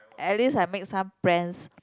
at least I make some friends